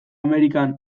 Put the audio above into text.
amerikan